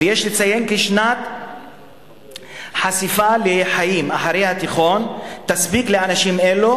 ויש לציין כי שנת חשיפה לחיים אחרי התיכון תספיק לאנשים אלו,